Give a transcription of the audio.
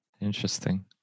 Interesting